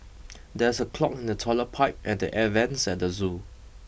there is a clog in the toilet pipe and the air vents at the zoo